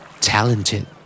Talented